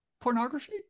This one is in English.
pornography